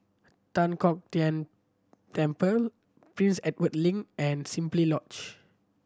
Tan Kong Tian Temple Prince Edward Link and Simply Lodge